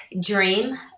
dream